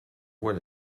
voit